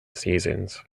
seasons